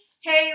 hey